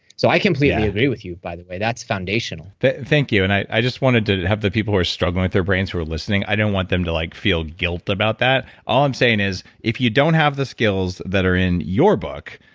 so i completely agree with you, by the way. that's foundational but thank you. and i just wanted to have the people who were struggling with their brains who are listening. i didn't want them to like feel guilt about that. all i'm saying is if you don't have the skills that are in your book,